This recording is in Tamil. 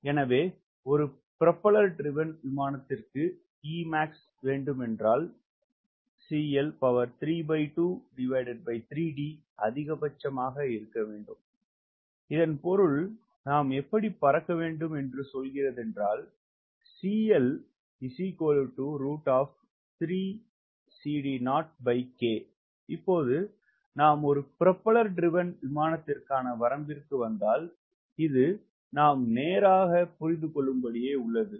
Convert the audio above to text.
எனவே ஒரு ஒரு பிரோபிஎல்லர் திரிவேன் விமானத்திற்கு Emax வேண்டும் என்றால் அதிகபட்சமாக இருக்க வேண்டும் இதன் பொருள் நாம் எப்படி பறக்க வேண்டும் என்றால் இப்போது நாம் ஒரு பிரோபிஎல்லர் திரிவேன் விமானத்திற்கான வரம்பிற்கு வந்தால் இது நாம் நேராக புரிந்துகொள்ளும்படியே உள்ளது